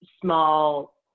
small